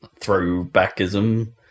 throwbackism